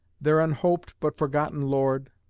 their unhoped, but unforgotten lord,